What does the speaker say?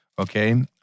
Okay